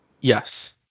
Yes